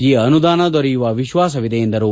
ಈ ಅನುದಾನ ದೊರೆಯುವ ವಿಶ್ವಾಸವಿದೆ ಎಂದರು